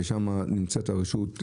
ששם נמצאת הרשות,